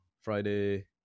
Friday